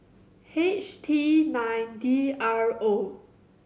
H T nine D R O